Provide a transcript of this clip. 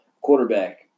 quarterback